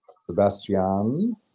Sebastian